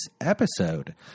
episode